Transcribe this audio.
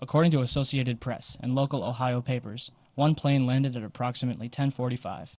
according to associated press and local ohio papers one plane landed at approximately ten forty five